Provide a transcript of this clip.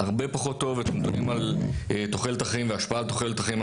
הרבה פחות טוב ואנחנו מדברים על תוחלת החיים וההשפעה על תוחלת החיים,